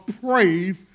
praise